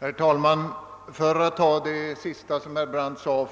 Herr talman! För att börja med det sista som herr Brandt sade